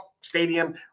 Stadium